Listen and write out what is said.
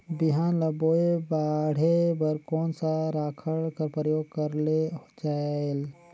बिहान ल बोये बाढे बर कोन सा राखड कर प्रयोग करले जायेल?